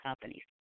companies